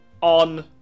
On